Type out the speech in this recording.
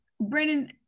Brandon